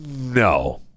No